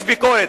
יש ביקורת.